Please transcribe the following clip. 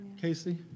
Casey